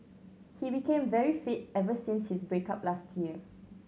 he became very fit ever since his break up last year